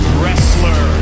wrestler